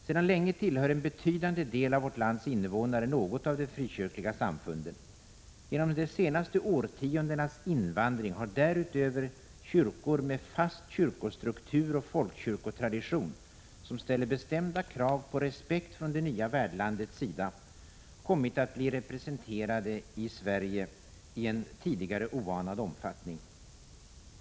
Sedan länge tillhör en betydande del av vårt lands invånare något av de frikyrkliga samfunden. Genom de senaste årtiondenas invandring har därutöver kyrkor med fast kyrkostruktur och folkkyrkotradition, som ställer bestämda krav på respekt från det nya värdlandets sida, kommit att bli representerade i Sverige i en tidigare oanad omfattning.